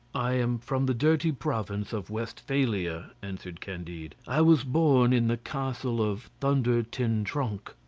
i am from the dirty province of westphalia, answered candide i was born in the castle of thunder-ten-tronckh.